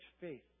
faith